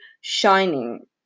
shining